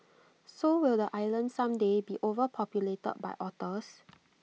so will the island someday be overpopulated by otters